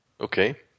Okay